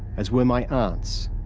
as were my aunts,